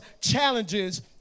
challenges